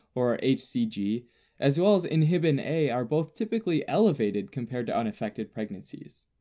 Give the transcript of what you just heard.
or hcg, as well as inhibin a are both typically elevated compared to unaffected pregnancies.